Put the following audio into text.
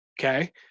Okay